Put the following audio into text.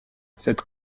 cette